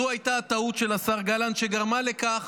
זו הייתה הטעות של השר גלנט שגרמה לכך